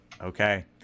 Okay